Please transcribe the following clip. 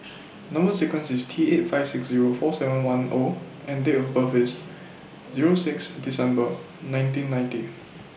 Number sequence IS T eight five six Zero four seven one O and Date of birth IS Zero six December nineteen ninety